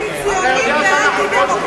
מהקיצוניים, אנטי-ציוניים ואנטי-דמוקרטיים.